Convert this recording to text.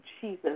Jesus